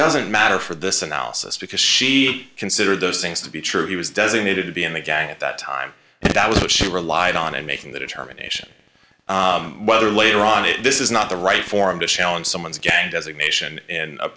doesn't matter for this analysis because she considered those things to be true he was designated to be in the gang at that time and that was what she relied on in making the determination whether later on this is not the right forum to challenge someone's gang designation in